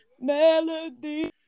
melody